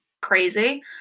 crazy